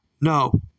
no